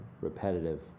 repetitive